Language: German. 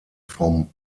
vom